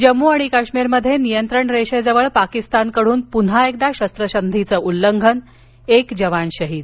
जम्मू आणि काश्मीरमध्ये नियंत्रण रेषेजवळ पाकिस्तानकडून पुन्हा एकदा शस्त्रसंधीचं उल्लंघन एक जवान शहीद